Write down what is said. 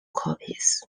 copies